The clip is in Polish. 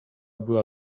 była